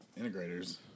integrators